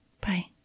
bye